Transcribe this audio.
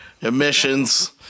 emissions